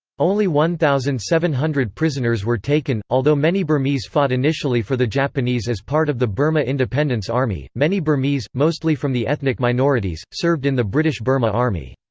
only one thousand seven hundred prisoners were taken although many burmese fought initially for the japanese as part of the burma independence army, many burmese, mostly from the ethnic minorities, served in the british burma army.